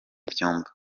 byumba